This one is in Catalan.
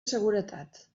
seguretat